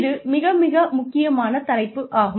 இது மிக மிக முக்கியமான தலைப்பு ஆகும்